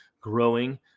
growing